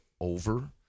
over